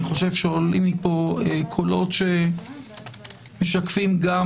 אני חושב שעולים מפה קולות שמשקפים גם